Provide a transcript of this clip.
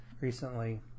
recently